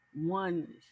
one